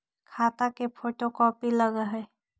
खाता के photo copy लगहै?